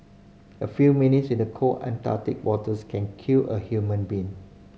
a few minutes in the cold Antarctic waters can kill a human being